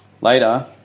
Later